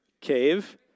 Cave